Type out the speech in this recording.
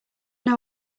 know